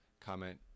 comment